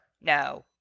No